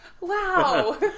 Wow